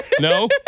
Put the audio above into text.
No